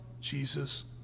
Jesus